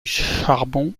charbon